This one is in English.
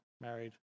married